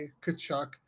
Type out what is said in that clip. Kachuk